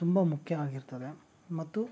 ತುಂಬ ಮುಖ್ಯವಾಗಿರ್ತದೆ ಮತ್ತು